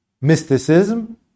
mysticism